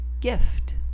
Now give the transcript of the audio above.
gift